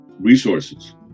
resources